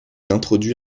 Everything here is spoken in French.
introduit